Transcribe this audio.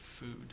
food